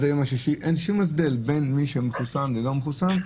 אין שום הבדל בין מי שמחוסן ומי שלא מחוסן.